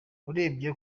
urebye